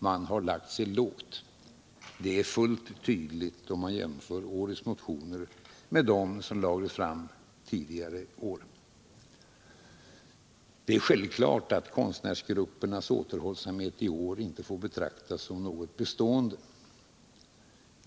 Man har lagt sig lågt. Det framgår fullt tydligt om vi jämför årets motioner med dem som väckts tidigare år. Det är självklart att konstnärsgruppernas återhållsamhet i år inte får betraktas som något bestående.